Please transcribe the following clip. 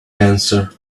answer